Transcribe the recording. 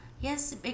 Yes